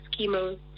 chemo